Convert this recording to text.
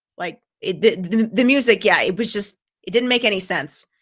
like it did the music. yeah, it was just it didn't make any sense.